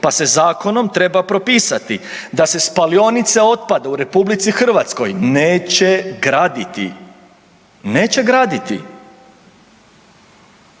pa se zakonom treba propisati da se spalionice otpada u RH neće graditi. Neće graditi.